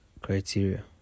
criteria